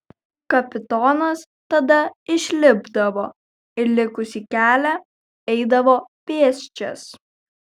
kapitonas tada išlipdavo ir likusį kelią eidavo pėsčias